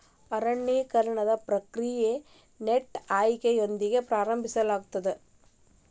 ಅರಣ್ಯೇಕರಣದ ಪ್ರಕ್ರಿಯೆಯು ಸೈಟ್ ಆಯ್ಕೆಯೊಂದಿಗೆ ಪ್ರಾರಂಭವಾಗುತ್ತದೆ